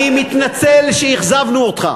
אני מתנצל שאכזבנו אותך.